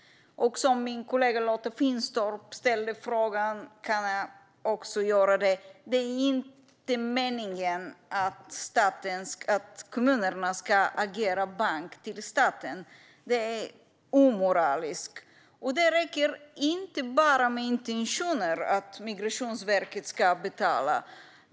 Min kollega Lotta Finstorp ställde frågan, och jag kan också göra det, om det är meningen att kommunerna ska agera bank åt staten. Det är omoraliskt. Det räcker inte att Migrationsverket har intentionen att betala.